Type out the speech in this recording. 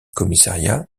commissariat